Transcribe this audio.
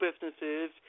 businesses